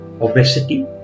obesity